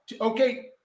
Okay